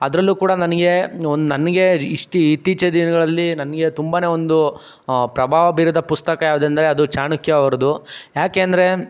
ಅದರಲ್ಲು ಕೂಡ ನನಗೆ ಒಂದು ನನಗೆ ಇಷ್ಟು ಇತ್ತೀಚಿನ ದಿನಗಳಲ್ಲಿ ನನಗೆ ತುಂಬಾನೆ ಒಂದು ಪ್ರಭಾವ ಬೀರಿದ ಪುಸ್ತಕ ಯಾವ್ದು ಎಂದರೆ ಅದು ಚಾಣಕ್ಯ ಅವ್ರದ್ದು ಯಾಕೆಂದರೆ